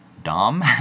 dumb